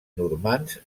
normands